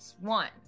One